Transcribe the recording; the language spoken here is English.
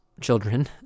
children